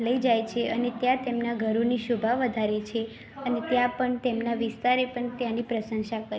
લઇ જાય છે અને ત્યાં તેમનાં ઘરોની શોભા વધારે છે અને ત્યાં પણ તેમના વિસ્તારે પણ ત્યાંની પ્રસંશા કરી